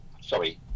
sorry